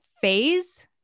phase